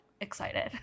excited